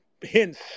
hints